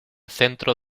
centro